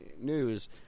news